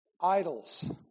idols